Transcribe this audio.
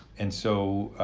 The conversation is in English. and so,